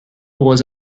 was